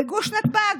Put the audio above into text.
בגוש נתב"ג.